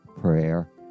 prayer